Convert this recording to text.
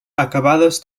acabades